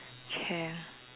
can